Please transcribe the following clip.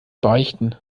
beichten